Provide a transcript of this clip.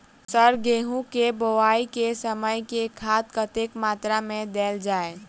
Sir गेंहूँ केँ बोवाई केँ समय केँ खाद कतेक मात्रा मे देल जाएँ?